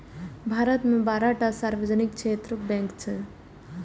भारत मे बारह टा सार्वजनिक क्षेत्रक बैंक छै